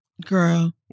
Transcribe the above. girl